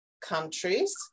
countries